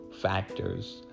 factors